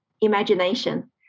imagination